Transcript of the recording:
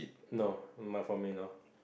no for me no